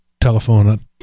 telephone